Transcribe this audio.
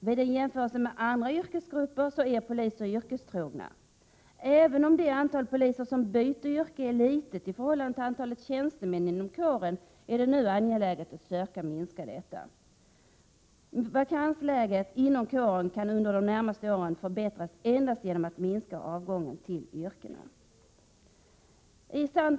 Vid en jämförelse med andra yrkesgrupper är poliser yrkestrogna. Även om det antal poliser som byter yrke är litet i förhållande till antalet tjänstemän inom kåren, är det nu angeläget att söka minska det antalet. Vakansläget inom kåren kan under de närmaste åren förbättras endast genom att avgången till andra yrken minskas.